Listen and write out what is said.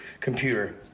computer